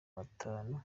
batanu